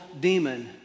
demon